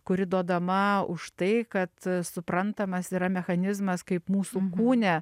kuri duodama už tai kad suprantamas yra mechanizmas kaip mūsų kūne